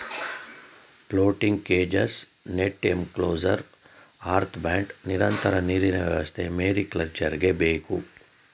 floating cages, net enclosures, earth bund, ನಿರಂತರ ನೀರಿನ ವ್ಯವಸ್ಥೆ ಮೇರಿಕಲ್ಚರ್ಗೆ ಬೇಕು